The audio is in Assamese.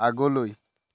আগলৈ